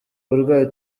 burwayi